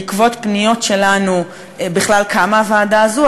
בעקבות פניות שלנו בכלל קמה הוועדה הזאת,